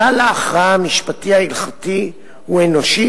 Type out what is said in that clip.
כלל ההכרעה המשפטי-הלכתי הוא אנושי,